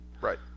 Right